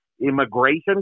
immigration